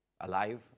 alive